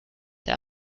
der